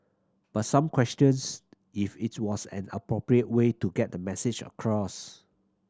but some questions if it was an appropriate way to get the message across